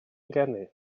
ngeni